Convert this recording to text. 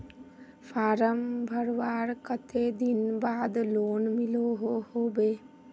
Form भरवार कते दिन बाद लोन मिलोहो होबे?